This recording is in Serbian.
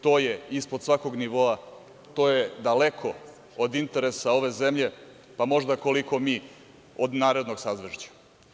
To je ispod svakog nivoa, to je daleko od interesa ove zemlje, pa možda koliko mi od narednog sazvežđa.